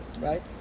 right